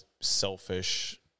selfish